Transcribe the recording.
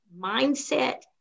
mindset